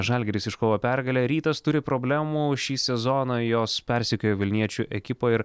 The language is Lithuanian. žalgiris iškovojo pergalę rytas turi problemų šį sezoną jos persekioja vilniečių ekipą ir